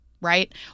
Right